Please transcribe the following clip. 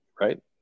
right